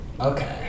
okay